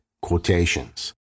quotations